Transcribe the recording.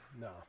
No